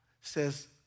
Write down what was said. says